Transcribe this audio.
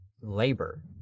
labor